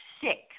sick